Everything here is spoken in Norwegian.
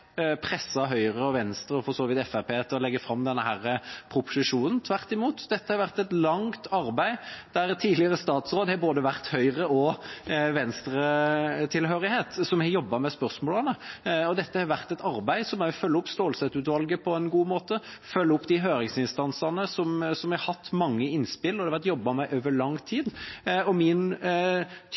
vidt Fremskrittspartiet, til å legge fram denne proposisjonen. Tvert imot, dette har vært et langt arbeid der tidligere statsråder, som har hatt både Høyre- og Venstre-tilhørighet, har jobbet med spørsmålene. Det har vært arbeid som følger opp Stålsett-utvalget på en god måte, følger opp høringsinstansene, som hadde mange innspill, og som det har vært jobbet med over lang tid. Min